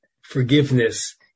forgiveness